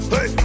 Hey